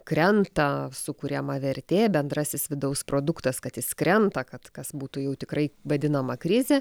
krenta sukuriama vertė bendrasis vidaus produktas kad jis krenta kad kas būtų jau tikrai vadinama krize